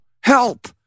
help